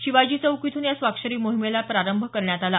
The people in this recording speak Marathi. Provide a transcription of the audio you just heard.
शिवाजी चौक इथून या स्वाक्षरी मोहिमेला प्रारंभ करण्यात आला